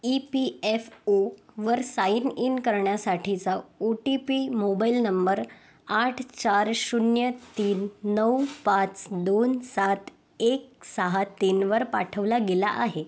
E P F ओवर sign in करण्यासाठीचा O T P mobile number आठ चार शून्य तीन नऊ पाच दोन सात एक सहा तीनवर पाठवला गेला आहे